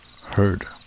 heard